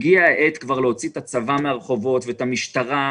הגיע העת להוציא את הצבא ואת המשטרה מהרחובות.